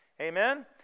Amen